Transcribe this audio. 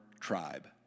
tribe